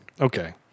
Okay